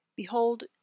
Behold